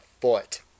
foot